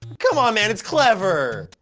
come on, man! it's clever.